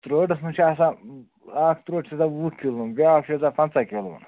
ترٛوڈَس منٛز چھِ آسان اَکھ ترٛوڈٕ چھِ آسان وُہ کِلوُن بیٛاکھ چھِ آسان پنٛژاہ کِلوُن